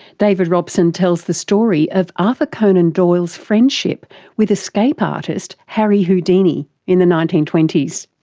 david robson tells the story of arthur conan doyle's friendship with escape artist harry houdini in the nineteen twenty s.